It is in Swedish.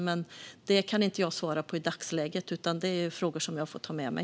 Jag kan inte svara på detta i dagsläget, utan det är frågor som jag får ta med mig.